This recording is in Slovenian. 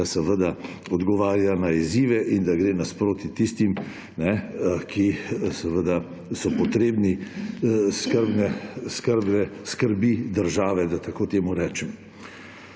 je, da odgovarja na izzive in da gre nasproti tistim, ki so potrebni skrbi države, da tako temu rečem.